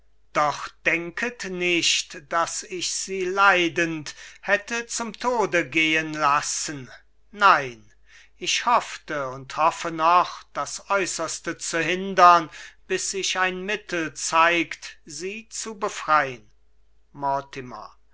doch denket nicht daß ich sie leidend hätte zum tode gehen lassen nein ich hoffe und hoffe noch das äußerste zu hindern bis sich ein mittel zeigt sie zu befrein